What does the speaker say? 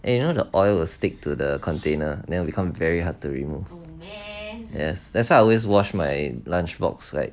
eh you know the oil will stick to the container then will become very hard to remove yes that's why I always wash my lunch box like